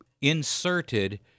inserted